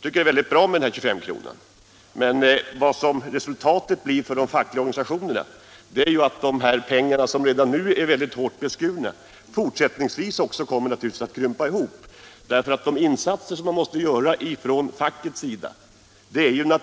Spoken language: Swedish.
Jag tycker att 25-kronan är bra, men resultatet för de fackliga organisationerna blir ju att de medel som de har för utbildning och som redan nu är hårt beskurna fortsättningsvis kommer att krympa ännu mer. Facket måste